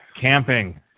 Camping